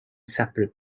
separate